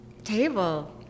Table